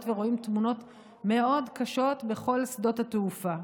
ורואים תמונות מאוד קשות בכל שדות התעופה.